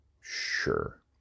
Sure